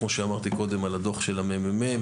כמו שאמרתי קודם על הדוח של הממ"מ,